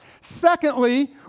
Secondly